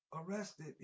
arrested